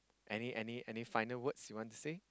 any any any finals words want to say